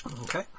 Okay